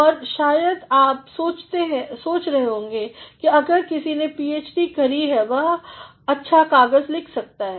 और आप शायद सोच रहे होंगे कि अगर किसी ने पीएचडी करि है वह अच्छा कागज़ लिख सकता है